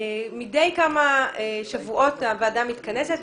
מדי כמה שבועות הוועדה מתכנסת,